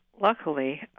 Luckily